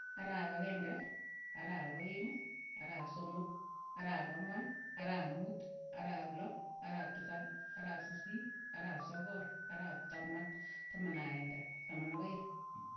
Ara'ap ageng'e, ara'ap aeng', ara'ap somok, arap ang'wan, ara'ap muut, ara'ap loo, ara'ap tisap, ara'ap, sisiit, ara'ap sogol, ara'ap taman, taman ak aeng'e, taman ak aeng'.